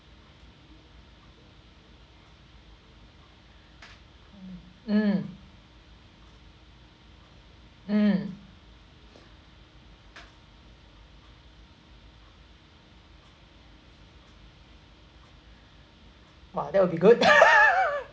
mm mm !wah! that will be good